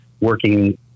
working